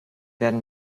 werden